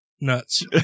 nuts